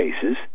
cases